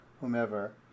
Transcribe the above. whomever